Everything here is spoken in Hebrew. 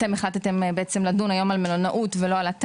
אתם החלטתם בעצם לדון היום על מלונאות ולא על התמ"א,